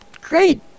Great